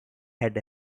had